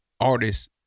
artists